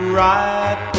right